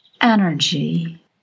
energy